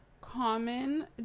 common